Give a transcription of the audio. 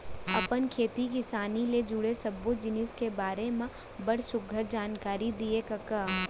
अपन खेती किसानी ले जुड़े सब्बो जिनिस के बारे म बड़ सुग्घर जानकारी दिए कका